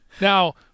Now –